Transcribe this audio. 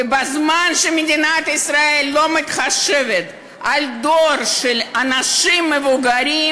ובזמן שמדינת ישראל לא מתחשבת בדור של אנשים מבוגרים,